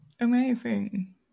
Amazing